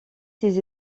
ses